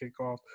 kickoff